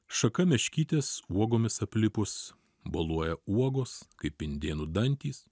šaka meškytės uogomis aplipus boluoja uogos kaip indėnų dantys